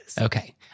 Okay